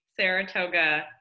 Saratoga